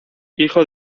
hijo